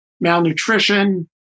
malnutrition